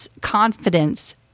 confidence